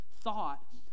thought